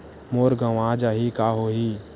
मोर गंवा जाहि का होही?